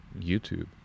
youtube